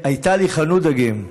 הייתה לי חנות דגים.